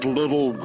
little